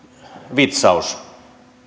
vitsaus